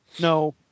No